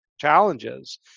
challenges